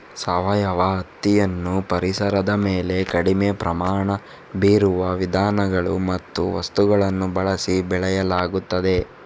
ಸಾವಯವ ಹತ್ತಿಯನ್ನು ಪರಿಸರದ ಮೇಲೆ ಕಡಿಮೆ ಪರಿಣಾಮ ಬೀರುವ ವಿಧಾನಗಳು ಮತ್ತು ವಸ್ತುಗಳನ್ನು ಬಳಸಿ ಬೆಳೆಯಲಾಗುತ್ತದೆ